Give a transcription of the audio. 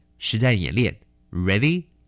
实战演练。Ready